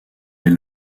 des